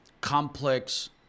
complex